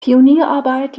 pionierarbeit